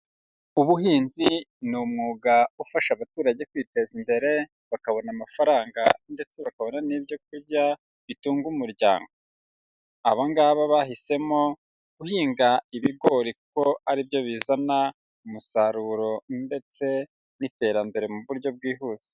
Ubuhinzi ni umwuga ufasha abaturage kwiteza imbere bakabona amafaranga ndetse bakabona n'ibyo kurya bitunga umuryango. Aba ngaba bahisemo guhinga ibigori kuko ari byo bizana umusaruro ndetse n'iterambere mu buryo bwihuse.